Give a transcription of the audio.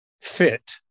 fit